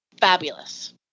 Fabulous